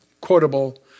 quotable